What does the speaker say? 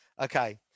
okay